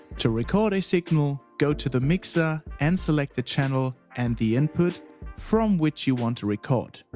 to record a signal, go to the mixer and select a channel and the input from which you want to record.